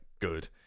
good